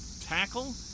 tackle